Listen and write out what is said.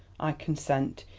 i consent.